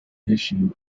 issue